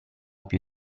più